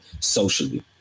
socially